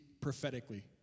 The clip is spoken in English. prophetically